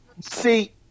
see